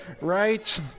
right